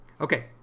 Okay